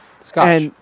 Scotch